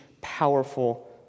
powerful